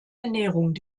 ernährung